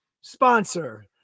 sponsor